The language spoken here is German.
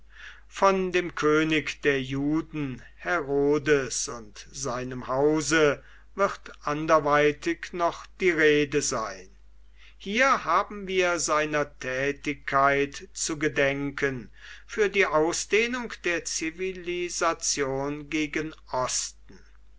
von dem könig der juden herodes und seinem hause wird anderweitig noch die rede sein hier haben wir seiner tätigkeit zu gedenken für die ausdehnung der zivilisation gegen osten